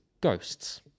Ghosts